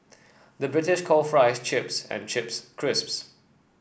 the British calls fries chips and chips crisps